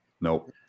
Nope